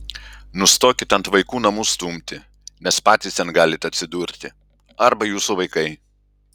nustokit ant vaikų namų stumti nes patys ten galit atsidurti arba jūsų vaikai